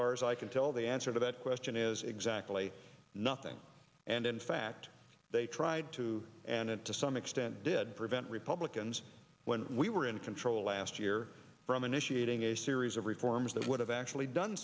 far as i can tell the answer to that question is exactly nothing and in fact they tried to and it to some extent did prevent republicans when we were in control last year from initiating a series of reforms that would have actually done